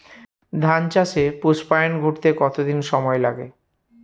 ধান চাষে পুস্পায়ন ঘটতে কতো দিন সময় লাগে?